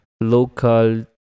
local